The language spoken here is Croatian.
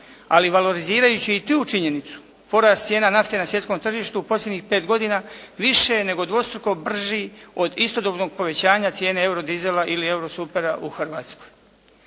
ali valorizirajući i tu činjenicu porast cijena nafte na svjetskom tržištu u posljednjih pet godina više je nego dvostruko brži od istodobnog povećanja cijena eurodizela ili eurosupera u Hrvatskoj.